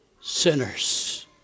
sinners